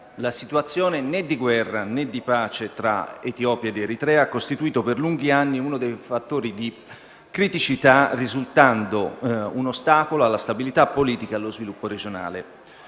La situazione di "né guerra né pace" tra Etiopia ed Eritrea ha costituito per lunghi anni uno dei fattori di criticità, risultando un ostacolo alla stabilità politica ed allo sviluppo regionale.